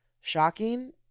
shocking